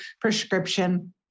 prescription